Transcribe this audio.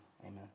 amen